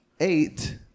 Eight